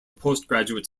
postgraduate